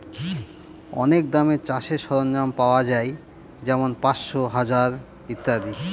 অনেক দামে চাষের সরঞ্জাম পাওয়া যাই যেমন পাঁচশো, হাজার ইত্যাদি